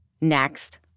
Next